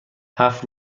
هفت